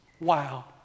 Wow